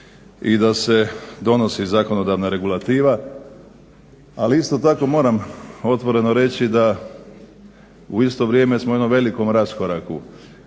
i da se donosi zakonodavna regulativa. Ali isto tako moram otvoreno reći da u isto vrijeme smo u jednom velikom raskoraku